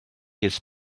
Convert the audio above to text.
his